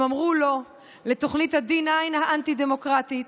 הם אמרו לא לתוכנית ה-D9 האנטי-דמוקרטית,